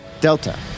Delta